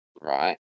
right